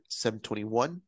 721